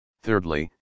Thirdly